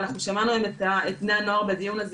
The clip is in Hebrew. שמענו את בני הנוער בדיון הזה,